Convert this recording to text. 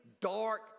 dark